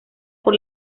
por